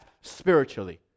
spiritually